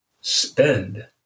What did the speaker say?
spend